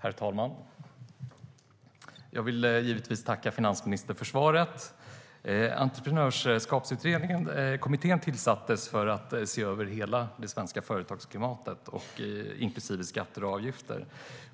Herr talman! Jag vill givetvis tacka finansministern för svaret. Entreprenörskapskommittén tillsattes för att se över hela det svenska företagsklimatet, inklusive skatter och avgifter.